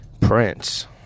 Prince